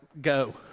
go